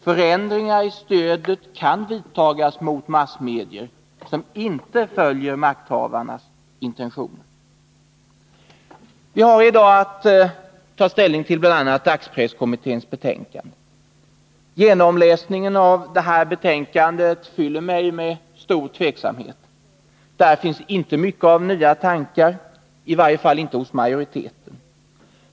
Förändringar i stödet kan vidtagas mot massmedier som inte följer makthavarnas intentioner. Vi har i dag att ta ställning till bl.a. dagspresskommitténs betänkande. Genomläsningen av detta betänkande fyller mig med stor tveksamhet. Där finns inte mycket av nya tankar, i varje fall inte hos majoriteten.